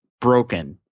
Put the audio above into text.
broken